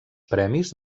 premis